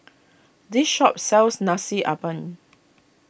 this shop sells Nasi Ambeng